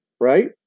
Right